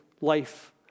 life